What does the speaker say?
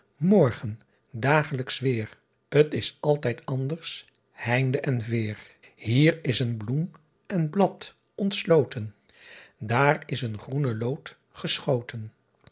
morgen daaglijks weer t s altijd anders heinde en veer ier is een bloem en blad ontsloten aar is een groene loot geschoten